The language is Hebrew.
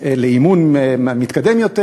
לאימון מתקדם יותר,